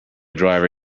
driver